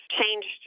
changed